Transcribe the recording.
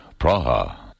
Praha